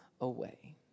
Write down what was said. away